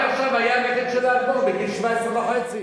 רק עכשיו היה הנכד של האדמו"ר בגיל 17 וחצי,